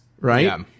right